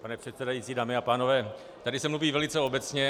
Pane předsedající, dámy a pánové, tady se mluví velice obecně.